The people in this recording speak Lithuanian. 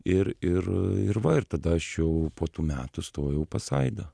ir ir ir va ir tada aš jau po tų metų stojau pas aidą